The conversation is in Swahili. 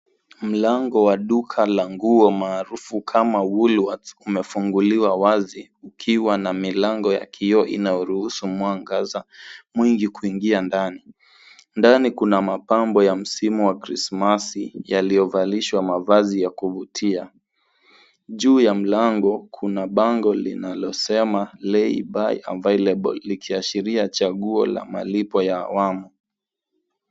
Mlango wa duka la nguo maarufu kama Woolwarts umefunguliwa wazi ukiwa na milango ya kioo inaoruhusu mwangaza mingi kuingia ndani. Ndani kuna mapambo ya msimu wa krismasi yaliyovalishwa mavazi ya kuvutia. Juu ya mlango kuna bango linalosema lay by available ikiashiria chaguo la malipo ya awamu.